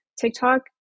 TikTok